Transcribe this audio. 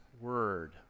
word